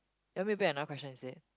you want me pick another question is it